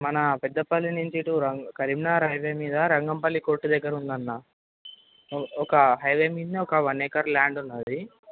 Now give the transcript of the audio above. మన పెద్దపల్లి నుంచి ఇటు రం కరీంనగర్ హైవే మీద రంగంపల్లి కొట్టు దగ్గర ఉందన్న ఒక హైవే మీదనే ఒక ఎకర్ ల్యాండ్ ఉన్నది